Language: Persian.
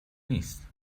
نیست